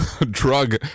drug